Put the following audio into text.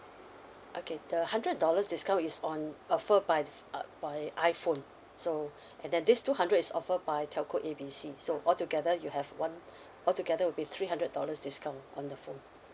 okay the hundred dollars discount is on offered by f~ uh by iphone so and then this two hundred is offered by telco A B C so all together you have one all together will be three hundred dollars discount on the phone